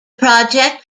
project